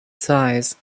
size